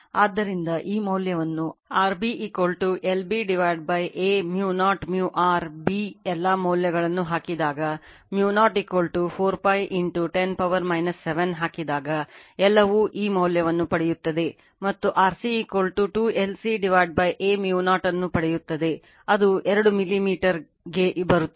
ಆದ್ದರಿಂದ ಈ ಮೌಲ್ಯವನ್ನು RB LB Aµ0µR B ಎಲ್ಲಾ ಮೌಲ್ಯಗಳನ್ನು ಹಾಕಿದಾಗ µ0 4 pi 10 ಪವರ್ 7 ಹಾಕಿದಾಗ ಎಲ್ಲವು ಈ ಮೌಲ್ಯವನ್ನು ಪಡೆಯುತ್ತದೆ ಮತ್ತು RC 2 LC aµ0 ಅನ್ನು ಪಡೆಯುತ್ತದೆ ಅದು 2 ಮಿಲಿಮೀಟರ್ಗೆ ಬರುತ್ತದೆ